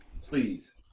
Please